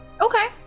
Okay